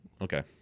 Okay